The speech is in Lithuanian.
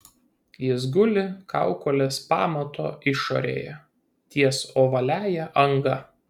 jis guli kaukolės pamato išorėje ties ovaliąja anga